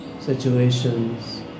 Situations